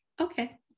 Okay